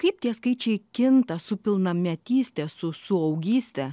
kaip tie skaičiai kinta su pilnametyste su suaugyste